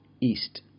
east